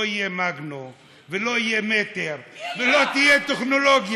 לא יהיה מגנו ולא יהיה מטר ולא תהיה טכנולוגיה.